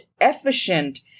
efficient